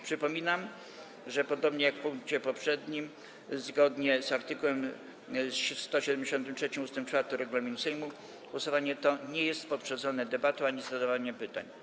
Przypominam, że - podobnie jak w punkcie poprzednim - zgodnie z art. 173 ust. 4 regulaminu Sejmu głosowanie to nie jest poprzedzone debatą ani zadawaniem pytań.